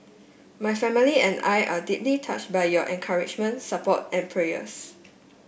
my family and I are deeply touch by your encouragement support and prayers